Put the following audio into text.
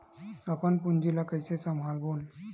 अपन पूंजी ला कइसे संभालबोन?